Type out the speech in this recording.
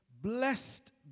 blessed